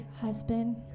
husband